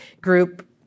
group